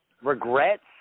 regrets